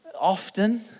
often